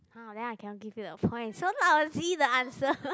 !huh! then I cannot give you the points so lousy the answer